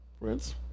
Prince